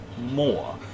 more